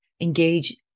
engage